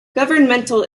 governmental